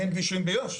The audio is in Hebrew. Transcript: אין כבישים ביו"ש.